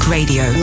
Radio